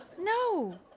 No